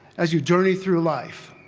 as you journey through life.